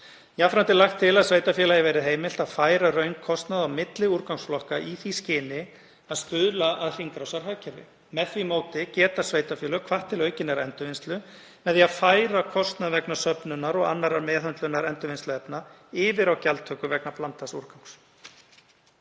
er lagt til að sveitarfélagi verði heimilt að færa raunkostnað á milli úrgangsflokka í því skyni að stuðla að hringrásarhagkerfi. Með því móti geta sveitarfélög hvatt til aukinnar endurvinnslu með því að færa kostnað vegna söfnunar og annarrar meðhöndlunar endurvinnsluefna yfir á gjaldtöku vegna blandaðs úrgangs.